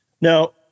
Now